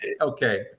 okay